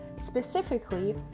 Specifically